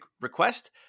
request